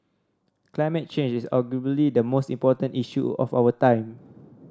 climate change is arguably the most important issue of our time